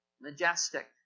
Majestic